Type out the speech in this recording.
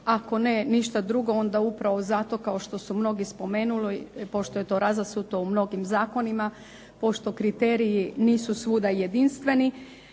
ako ne ništa drugo onda upravo zato kao što su mnogi spomenuli pošto je to razasuto u mnogim zakonima, pošto kriteriji nisu svuda jedinstveni.